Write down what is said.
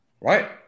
Right